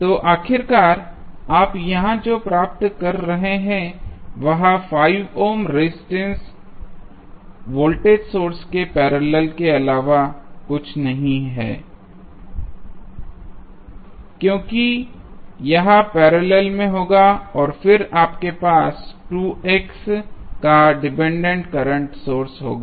तो आखिरकार आप यहां जो प्राप्त कर रहे हैं वह 5 ओम रेजिस्टेंस वोल्टेज सोर्स के पैरेलल के अलावा कुछ नहीं है क्योंकि यह पैरेलल में होगा और फिर आपके पास का डिपेंडेंट करंट सोर्स होगा